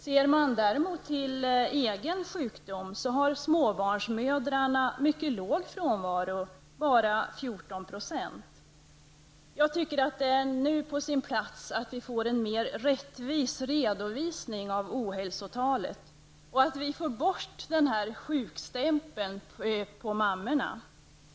Ser man däremot till egen sjukdom har småbarnsmödrarna mycket låg frånvaro -- bara 14 %. Jag tycker att det nu är på sin plats att vi får en mera rättvis redovisning av ohälsotalet och att vi får bort den här sjukstämpeln från mammorna.